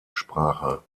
sprache